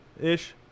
ish